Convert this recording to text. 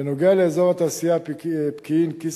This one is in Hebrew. בנוגע לאזור התעשייה פקיעין-כסרא-סמיע,